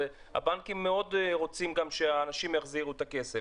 אז הבנקים מאוד רוצים שהאנשים יחזירו את הכסף.